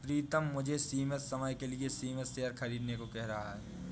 प्रितम मुझे सीमित समय के लिए सीमित शेयर खरीदने को कह रहा हैं